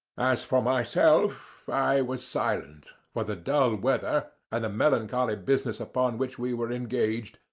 as for myself, i was silent, for the dull weather and the melancholy business upon which we were engaged,